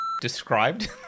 described